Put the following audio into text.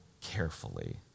carefully